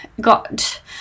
got